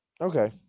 Okay